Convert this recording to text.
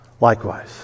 likewise